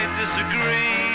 disagree